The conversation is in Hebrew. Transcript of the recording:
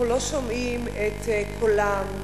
אנחנו לא שומעים את קולם,